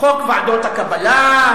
חוק ועדות הקבלה,